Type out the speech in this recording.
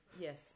Yes